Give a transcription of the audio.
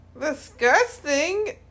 Disgusting